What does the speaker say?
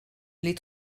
les